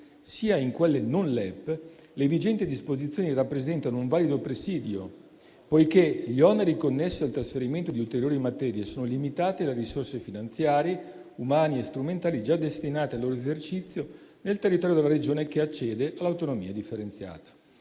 sia in quelle non LEP, le vigenti disposizioni rappresentano un valido presidio, poiché gli oneri connessi al trasferimento di ulteriori materie sono limitati alle risorse finanziarie, umane e strumentali già destinate al loro esercizio nel territorio della Regione che accede all'autonomia differenziata.